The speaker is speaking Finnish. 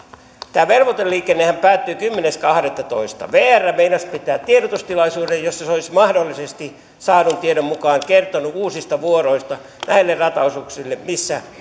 tämä velvoiteliikennehän päättyy kymmenes kahdettatoista vr meinasi pitää tiedotustilaisuuden jossa se olisi saadun tiedon mukaan mahdollisesti kertonut uusista vuoroista näille rataosuuksille miltä